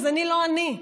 אז אני לא אני,